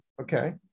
Okay